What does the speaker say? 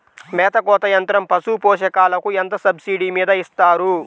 మేత కోత యంత్రం పశుపోషకాలకు ఎంత సబ్సిడీ మీద ఇస్తారు?